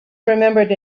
remembered